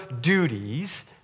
duties